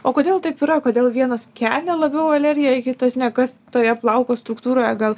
o kodėl taip yra kodėl vienas kelia labiau alergiją kitas ne kas toje plauko struktūroje gal